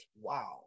Wow